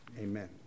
Amen